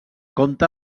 compta